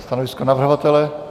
Stanovisko navrhovatele?